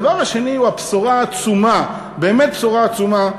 הדבר השני הוא הבשורה העצומה, באמת בשורה עצומה,